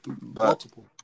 Multiple